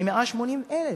היא 180,000,